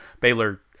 Baylor